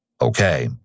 Okay